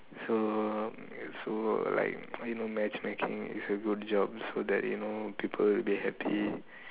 so so like you know matchmaking if you good job so that you know people will be happy